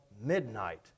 midnight